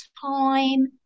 time